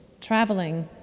traveling